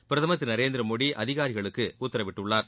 பிரதமர் திரு நரேந்திரமோடி அதிகாரிகளுக்கு உத்தரவிட்டுள்ளார்